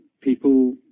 people